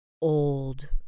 old